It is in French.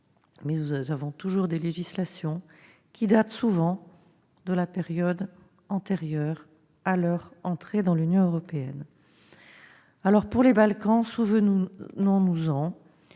mais nous avons toujours des législations qui datent souvent de la période antérieure à l'entrée de ces pays dans l'Union européenne. Alors, pour les Balkans, souvenons-nous-en